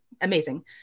amazing